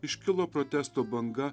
iškilo protesto banga